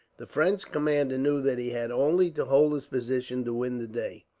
the french commander knew that he had only to hold his position to win the day.